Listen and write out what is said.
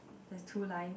there's two line